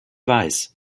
weiß